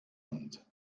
sind